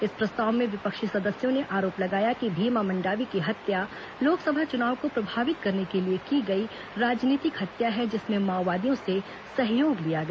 इस प्रस्ताव में विपक्षी सदस्यों ने आरोप लगाया कि भीमा मंडावी की हत्या लोकसभा चुनाव को प्रभावित करने के लिए की गई राजनीतिक हत्या है जिसमें माओवादियों से सहयोग लिया गया